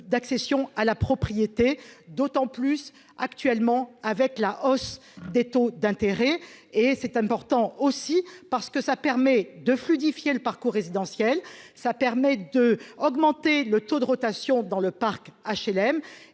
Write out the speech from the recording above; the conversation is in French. d'accession à la propriété, d'autant plus actuellement avec la hausse des taux d'intérêt et c'est important aussi parce que ça permet de fluidifier le parcours résidentiel, ça permet de augmenter le taux de rotation dans le parc HLM